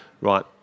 right